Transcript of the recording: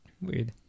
Weird